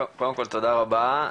קודם כל, תודה רבה.